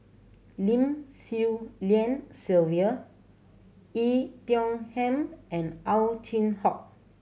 Lim Swee Lian Sylvia Yi Tiong Ham and Ow Chin Hock